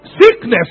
Sickness